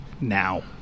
now